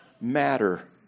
matter